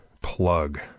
plug